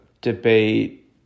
debate